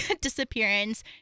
disappearance